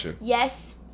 yes